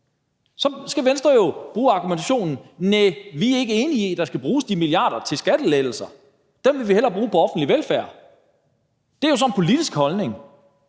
Så skal Venstre jo bruge argumentation, at næh, vi er ikke enige i, at der skal bruges de milliarder til skattelettelser, for dem vil vi hellere bruge på offentlig velfærd. Det er jo så en politisk holdning.